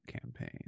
campaign